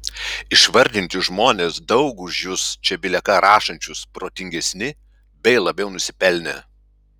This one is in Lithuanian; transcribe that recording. išvardinti žmonės daug už jus čia bile ką rašančius protingesni bei labiau nusipelnę